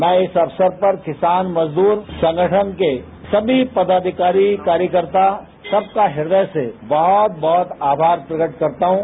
मैं इस अवसर पर किसान मजदूर संगठन के सभी पदाधिकारीकार्यकर्ता सबका हृदय से बहुत बहुत आभार प्रकट करता हूं